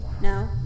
No